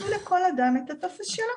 תנו לכל אדם את הטופס שלו.